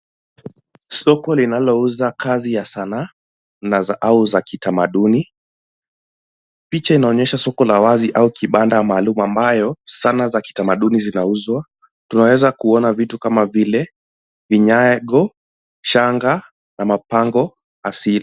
Soko linalouza kazi ya sanaa au za kitamaduni. Picha inaonyesha soko la wazi au kibanda maalum ambayo zana za kitamaduni zinauzwa. Tunaweza kuona vitu kama vile vinyago, shanga na mabango asili.